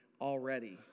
already